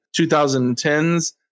2010s